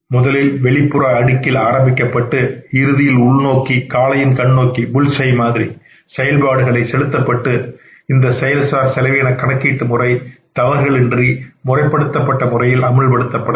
முதலில் வெளிப்புற அடுக்கில் ஆரம்பிக்கப்பட்டு இறுதியில் உள்நோக்கி இலக்கு நோக்கி அல்லது காளையின் கண்ணோக்கி செயல்பாடுகள் செலுத்தப்பட்டு இந்த செயல்சார் செலவின கணக்கிடும் முறை தவறுகள் இன்றி முறைப்படுத்தப்பட்ட முறையில் அமல்படுத்த வேண்டும்